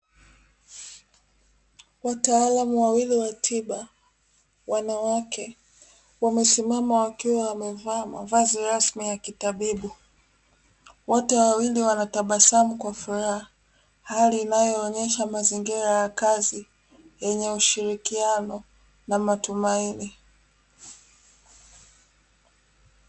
Wataalamu wawili wa tiba wanawake wamesimama wakiwa wamevaa mavazi rasmi ya kitabibu wote wawili wanatabasamu kwa furaha hali inayoonyesha mazingira ya kazi yenye ushirikiano na matumaini.